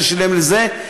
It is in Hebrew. זה שילם לזה,